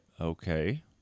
Okay